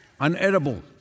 unedible